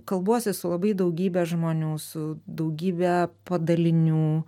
kalbuosi su labai daugybe žmonių su daugybe padalinių